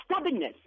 stubbornness